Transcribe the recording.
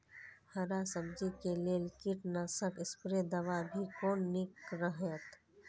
हरा सब्जी के लेल कीट नाशक स्प्रै दवा भी कोन नीक रहैत?